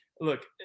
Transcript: Look